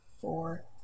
four